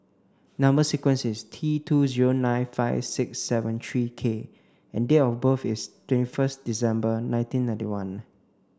number sequence is T two zero nine five six seven three K and date of birth is twenty first December nineteen ninety one